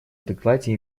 докладе